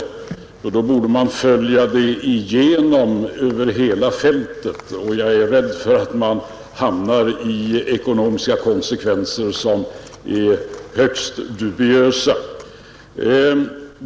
En sådan ränteberäkning borde följas upp över hela fältet, och jag är rädd för att man då hamnar i ekonomiska konsekvenser som är högst dubiösa.